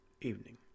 evening